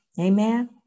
Amen